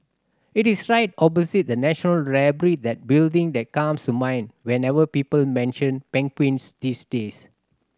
it is right opposite the National Library that building that comes to mind whenever people mention penguins these days